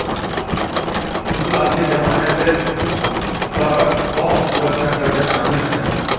कुछू आदमी जमानतेर तौरत पौ सुरक्षा कर्जत शामिल हछेक